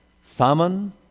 famine